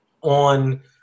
on